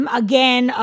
again